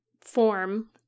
form